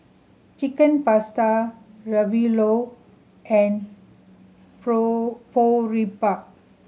Chicken Pasta Ravioli and